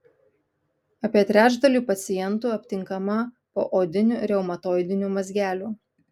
apie trečdaliui pacientų aptinkama poodinių reumatoidinių mazgelių